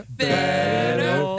better